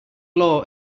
law